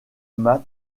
malt